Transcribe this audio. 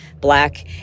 black